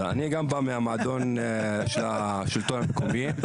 גם אני בא מהמועדון של השלטון המקומי.